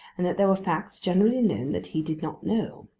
and that there were facts generally known that he did not know.